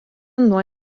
nuo